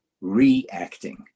reacting